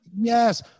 yes